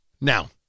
Now